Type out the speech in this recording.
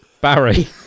Barry